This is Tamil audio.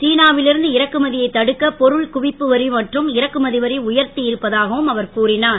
சினாவில் இருந்து இறக்குமதியை தடுக்க பொருள் குவிப்பு வரி மற்றும் இறக்குமதி வரி உயர்த்தி இருப்பதாகவும் அவர் கூறினார்